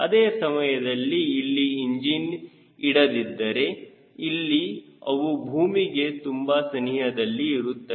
ಅದೇ ಸಮಯದಲ್ಲಿ ಇಲ್ಲಿ ಇಂಜಿನ್ ಇಡದಿದ್ದರೆ ಇಲ್ಲಿ ಅವು ಭೂಮಿಗೆ ತುಂಬಾ ಸನಿಹದಲ್ಲಿ ಇರುತ್ತವೆ